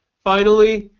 finally,